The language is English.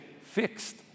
fixed